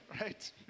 right